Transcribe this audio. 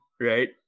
right